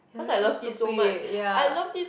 ya damn stupid ya